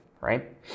right